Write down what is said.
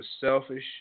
selfish